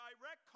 direct